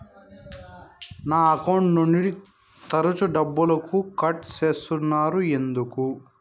నా అకౌంట్ నుండి తరచు డబ్బుకు కట్ సేస్తున్నారు ఎందుకు